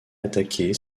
attaquée